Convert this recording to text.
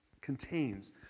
contains